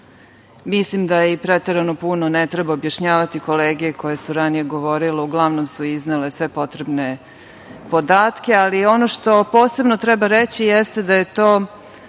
Mislim da preterano puno ne treba objašnjavati kolege koje su ranije govorile, uglavnom su iznele sve potrebne podatke. Ono što posebno treba reći jeste da je to